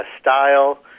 style